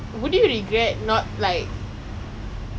I mean I should do it sometimes soon but I damn lazy lah